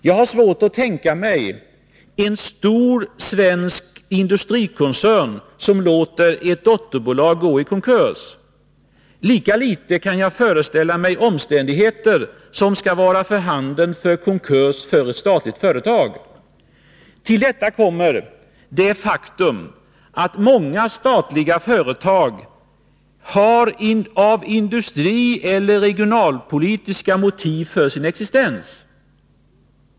Jag har svårt att tänka mig en stor svensk industrikoncern som låter ett dotterbolag gå i konkurs. Lika svårt har jag att föreställa mig de omständigheter som skall vara för handen för konkurs för ett statligt företag! Till detta kommer det faktum att många statliga företag har industrieller regionalpolitiska motiv för sin existens.